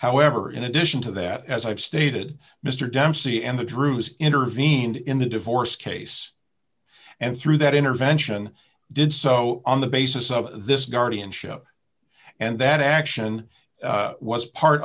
however in addition to that as i've stated mr dempsey and the drews intervened in the divorce case and through that intervention did so on the basis of this guardianship and that action was part